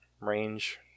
range